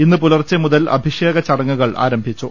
ഇന്ന് പുലർച്ചെ മുതൽ അഭിഷേക ചടങ്ങുകൾ ആരംഭിച്ചു